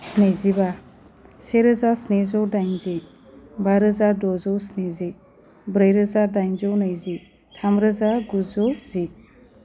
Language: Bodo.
नैजिबा से रोजा स्निजौ डाइनजि बा रोजा द'जौ स्निजि ब्रै रोजा डाइनजौ नैजि थाम रोजा गुजौ जि